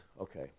Okay